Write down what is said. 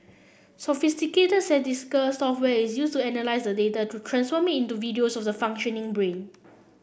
sophisticated statistical software is used to analyse the data to transform into videos of the functioning brain